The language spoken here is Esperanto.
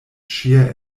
ŝia